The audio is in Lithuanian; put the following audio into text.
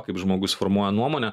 kaip žmogus formuoja nuomonę